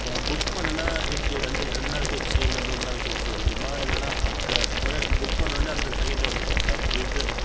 இப்போ புக் பண்ணணும்னா எப்படி ரெண்டு ரெண்டு நாள் கழிச்சி இல்லை மூணு நாள் கழிச்சி வந்துருமா இல்லைன்னா அடுத்த ஒரு வேளை புக் பண்ணிண உடனே அந்த செகெண்ட்டே வந்துடுமா சார் சிலிண்ட்ரு